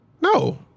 No